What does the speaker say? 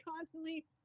constantly